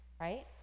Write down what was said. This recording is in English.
right